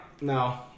No